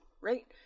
right